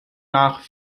nach